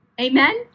Amen